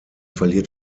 verliert